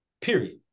Period